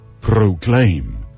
Proclaim